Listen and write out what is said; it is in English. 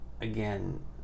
Again